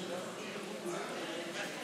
כהצעת הוועדה, נתקבלו.